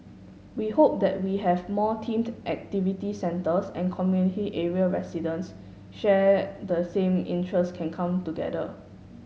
we hope that we have more themed activity centres and community area residents share the same interest can come together